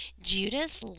Judas